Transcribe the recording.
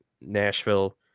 nashville